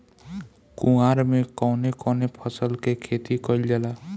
कुवार में कवने कवने फसल के खेती कयिल जाला?